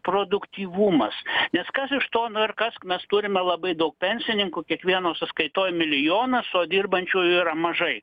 produktyvumas nes kas iš to ar kas mes turime labai daug pensininkų kiekvieno sąskaitoj milijonas o dirbančiųjų yra mažai